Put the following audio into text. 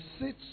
sits